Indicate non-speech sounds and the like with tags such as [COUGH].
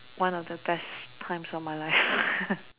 one of the best times of my life [LAUGHS]